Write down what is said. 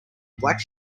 black